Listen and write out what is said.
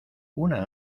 una